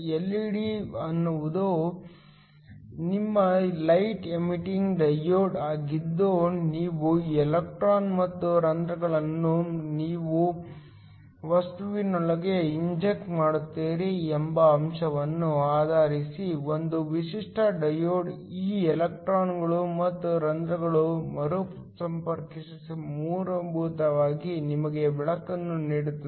LED ಎನ್ನುವುದು ನಿಮ್ಮ light emitting diode ಆಗಿದ್ದು ನೀವು ಎಲೆಕ್ಟ್ರಾನ್ ಮತ್ತು ರಂಧ್ರಗಳನ್ನು ನಿಮ್ಮ ವಸ್ತುವಿನೊಳಗೆ ಇಂಜೆಕ್ಟ್ ಮಾಡುತ್ತೀರಿ ಎಂಬ ಅಂಶವನ್ನು ಆಧರಿಸಿ ಒಂದು ವಿಶಿಷ್ಟ ಡಯೋಡ್ ಈ ಎಲೆಕ್ಟ್ರಾನ್ಗಳು ಮತ್ತು ರಂಧ್ರಗಳು ಮರುಸಂಪರ್ಕಿಸಿ ಮೂಲಭೂತವಾಗಿ ನಿಮಗೆ ಬೆಳಕನ್ನು ನೀಡುತ್ತದೆ